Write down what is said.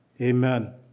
amen